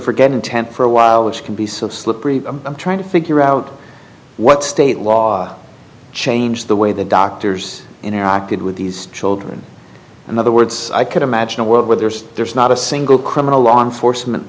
forget intent for a while which can be so slippery i'm trying to figure out what state law changed the way the doctors in iraq did with these children in other words i could imagine a world where there's there's not a single criminal law enforcement